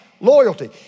loyalty